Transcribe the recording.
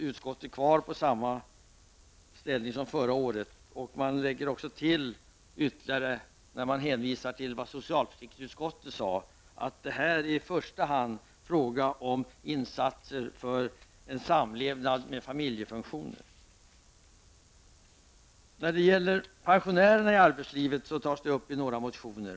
Utskottet gör samma ställningstagande i fråga om detta som förra året. Utskottet hänvisar också till vad socialförsäkringsutskottet har sagt, nämligen att det här i första hand är fråga om insatser för en samlevnad med familjefunktioner. Pensionärerna i arbetslivet tas upp i några motioner.